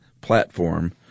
platform